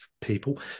people